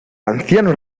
anciano